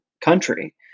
country